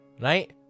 right